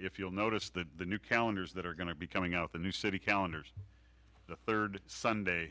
if you'll notice that the new calendars that are going to be coming out the new city calendars the third sunday